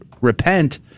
repent